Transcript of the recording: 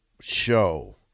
show